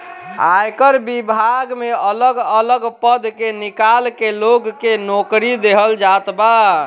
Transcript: आयकर विभाग में अलग अलग पद निकाल के लोग के नोकरी देहल जात बा